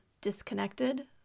disconnected